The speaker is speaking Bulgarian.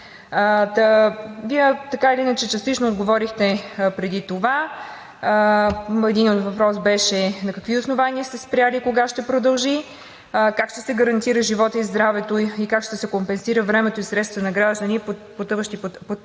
Вие така или иначе частично отговорихте преди това. Единият въпрос беше: на какви основания сте спрели? Кога ще се продължи? Как ще се гарантират животът и здравето? Как ще се компенсират времето и средствата на граждани, пътуващи по този